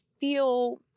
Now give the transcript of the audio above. feel